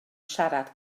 siarad